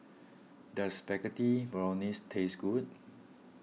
does Spaghetti Bolognese taste good